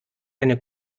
eine